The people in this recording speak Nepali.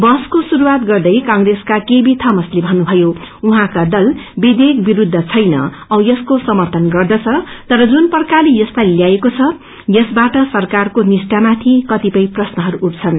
वहरसको शुरूवात गर्दै कांप्रेसका केबी थमसले भन्नुभयो उहाँको दल विधेयक विरूद्ध छैन औ यसको समर्थन गर्दद तर जुन प्रकारले यसलाई ल्याइएको छ यसले सरकारको निष्ठामाथि कतिपय प्रश्नहरू उठछ्न्